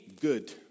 good